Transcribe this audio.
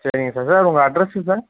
சரிங்க sir sir உங்கள் அட்ரஸுங்க சார்